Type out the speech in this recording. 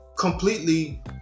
Completely